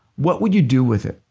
what would you do with it?